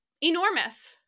enormous